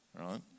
right